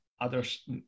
others